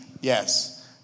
Yes